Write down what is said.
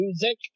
music